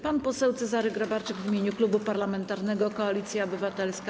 Pan poseł Cezary Grabarczyk w imieniu Klubu Parlamentarnego Koalicja Obywatelska.